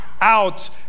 out